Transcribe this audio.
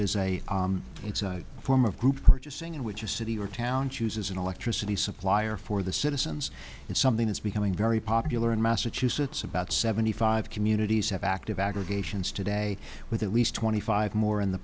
is a form of group purchasing in which a city or town chooses an electricity supplier for the citizens and something is becoming very popular in massachusetts about seventy five communities have active aggregations today with at least twenty five more in the